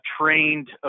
trained